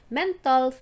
mental